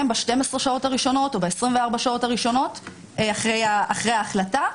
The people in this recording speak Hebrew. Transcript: ב-12 או ב-24 השעות הראשונות אחרי ההחלטה,